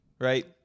Right